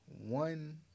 one